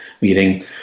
meeting